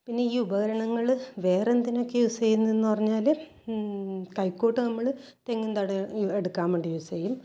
പിന്നെ ഈ ഉപകരണങ്ങൾ വേറെ എന്തിനോക്കെയാണ് യൂസ് ചെയ്യുന്നത് എന്ന് പറഞ്ഞാൽ കൈക്കോട്ട് നമ്മൾ തെങ്ങിൻ തടം എടുക്കാൻ വേണ്ടി യൂസ് ചെയ്യും